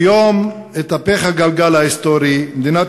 "היום התהפך הגלגל ההיסטורי: מדינת